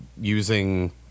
using